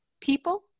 people